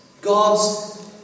God's